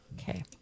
Okay